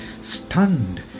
stunned